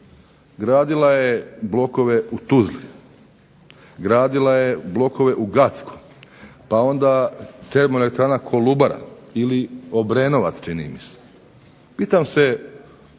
Gradila je blokove u Tuzli, gradila je blokove u Gackom, pa onda termoelektrana Kolubara ili Obrenovac čini mi se. Pitam se,